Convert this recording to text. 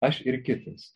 aš ir kitas